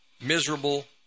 Miserable